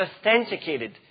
authenticated